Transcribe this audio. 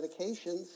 medications